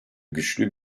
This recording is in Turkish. güçlü